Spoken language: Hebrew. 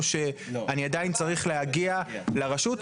או שאני עדיין צריך להגיע לרשות?